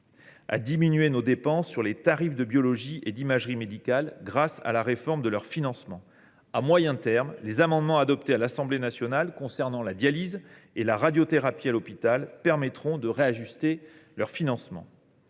de diminuer les dépenses sur les tarifs des actes de biologie et d’imagerie médicale, grâce à la réforme de leur financement. À moyen terme, les amendements adoptés à l’Assemblée nationale, qui ont pour objet la dialyse et la radiothérapie à l’hôpital, permettront de réajuster le financement